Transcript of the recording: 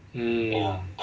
mm